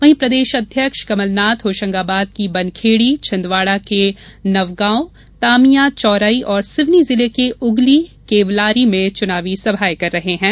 वहीं प्रदेश अध्यक्ष कमलनाथ होशंगाबाद की बनखेड़ी छिन्दवाड़ा के नवगॉव तामिया चौरई और सिवनी जिले के उगली केवलारी में चूनाव सभा करेंगे